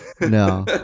no